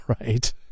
right